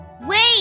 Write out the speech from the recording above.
Wait